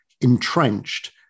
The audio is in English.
entrenched